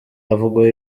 avugwaho